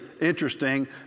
interesting